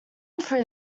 through